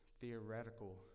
theoretical